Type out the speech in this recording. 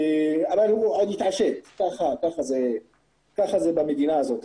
אבל הוא עוד התעשת, ככה זה במדינה הזאת.